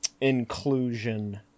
Inclusion